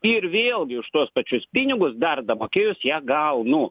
ir vėlgi už tuos pačius pinigus dar damokėjus ją gaunu